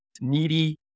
needy